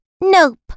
nope